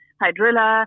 hydrilla